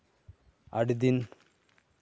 ᱟᱹᱰᱤᱫᱤᱱ